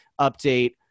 update